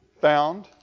found